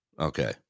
okay